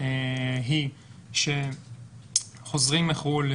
היא שחוזרים מחו"ל,